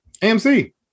AMC